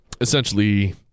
Essentially